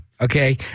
okay